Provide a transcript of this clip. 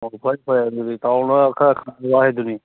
ꯑꯣ ꯐꯔꯦ ꯐꯔꯦ ꯑꯗꯨꯗꯤ ꯏꯇꯥꯎꯅ ꯈꯔ ꯈꯪꯅꯕ ꯍꯥꯏꯗꯨꯅꯤ